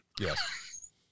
Yes